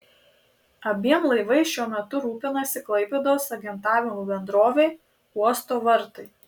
abiem laivais šiuo metu rūpinasi klaipėdos agentavimo bendrovė uosto vartai